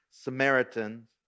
Samaritans